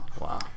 Wow